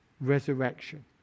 resurrection